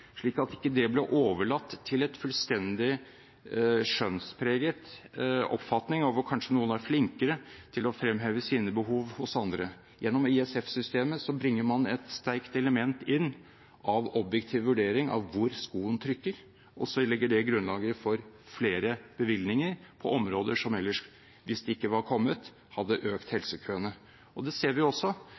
ikke bli overlatt til en fullstendig skjønnspreget oppfatning av at noen kanskje er flinkere til å fremheve sine behov enn andre. Gjennom ISF-systemet bringer man inn et sterkt element av objektiv vurdering av hvor skoen trykker, og det legger grunnlaget for flere bevilgninger på områder som ellers, hvis det ikke var kommet, hadde økt helsekøene. Vi ser også